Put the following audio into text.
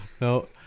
No